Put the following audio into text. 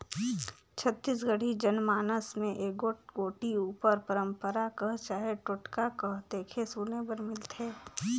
छत्तीसगढ़ी जनमानस मे एगोट कोठी उपर पंरपरा कह चहे टोटका कह देखे सुने बर मिलथे